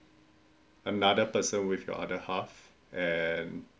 another person with your other half and